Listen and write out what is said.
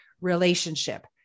relationship